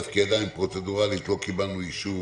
כי עדיין פרוצדורלית לא קיבלנו אישור